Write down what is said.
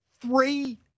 three –